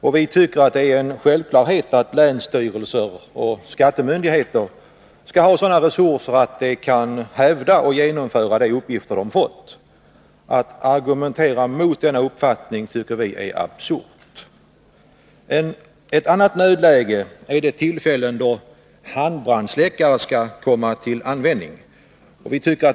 Vi tycker att det är självklart att länsstyrelser och skattemyndigheter skall ha sådana resurser att de kan utföra de uppgifter som de har fått. Att argumentera mot denna uppfattning tycker vi är absurt. Ett annat nödläge är de tillfällen då handbrandsläckare skall komma till användning.